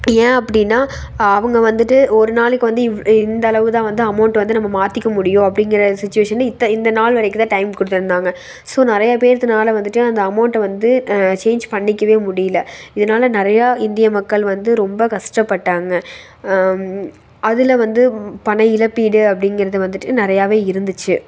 ஏன் அப்படினா அவங்க வந்துட்டு ஒரு நாளைக்கு வந்து இவ் இந்த அளவு தான் வந்து அமௌண்ட் வந்து நம்ம மாத்திக்க முடியும் அப்படிங்கிற சிச்சுவேஷன்ல இத்த இந்த நாள் வரைக்கும் தான் டைம் கொடுத்துருந்தாங்க ஸோ நிறைய பேத்துனால வந்துட்டு அந்த அமௌண்ட்டை வந்து சேஞ்ச் பண்ணிக்கவே முடியல இதனால நிறையா இந்திய மக்கள் வந்து ரொம்ப கஷ்டப்பட்டாங்க அதில் வந்து பண இழப்பீடு அப்படிங்கிறது வந்துட்டு நிறையாவே இருந்துச்சு